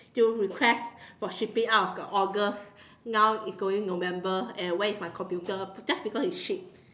still request for shipping out of the August now is going november and where is my computer just because it's shipped